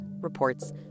reports